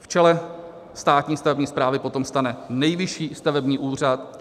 V čele státní stavební správy potom stane Nejvyšší stavební úřad.